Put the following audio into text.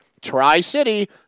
tri-city